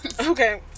okay